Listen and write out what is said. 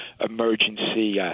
emergency